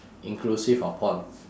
inclusive of porn